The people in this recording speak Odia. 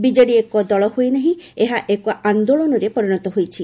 ବିଜେଡି ଏକ ଦଳ ହୋଇନାହିଁ ଏହା ଏକ ଆନ୍ଦୋଳନରେ ପରିଣତ ହୋଇସାରିଛି